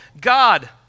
God